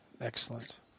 Excellent